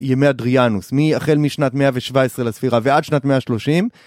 ימי אדריאנוס, מהחל משנת 117 לספירה ועד שנת 130?